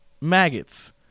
maggots